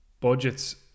budgets